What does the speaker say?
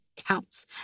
counts